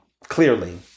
clearly